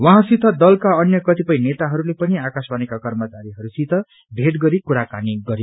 उहाँसित दलका अन्य कतिपय नेताहरूले पनि आकाशवाणीका कर्मचारीहरूसित भेट गरि कुराकानी गरे